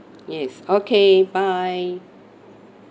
yes okay bye